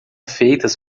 feitas